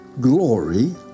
glory